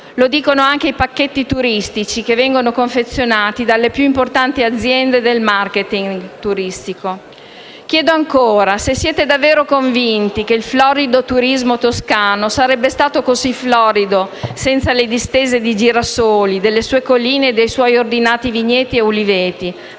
Lo dicono anche i pacchetti turistici che vengono confezionati dalle più importanti aziende di *marketing* turistico. Chiedo ancora se siete davvero convinti che il florido turismo toscano sarebbe stato tale senza le distese di girasoli delle sue colline e i suoi ordinati vigneti e uliveti.